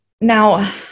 Now